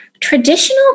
traditional